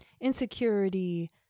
insecurity